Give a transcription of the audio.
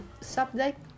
subject